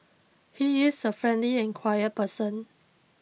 he is a friendly and quiet person